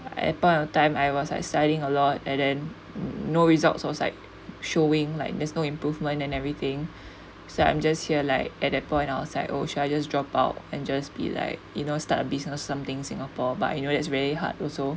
at point of time I was like studying a lot and then no results was like showing like there's no improvement and everything so I'm just here like at that point I was like oh should I just drop out and just be like you know start a business something singapore but you know that's very hard also